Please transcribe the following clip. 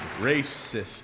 racist